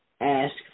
ask